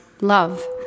love